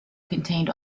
contained